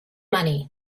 money